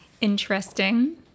interesting